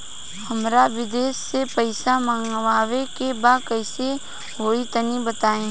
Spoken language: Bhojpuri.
हमरा विदेश से पईसा मंगावे के बा कइसे होई तनि बताई?